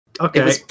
Okay